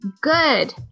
Good